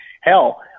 Hell